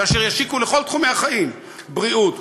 ואשר ישיקו לכל תחומי החיים: בריאות,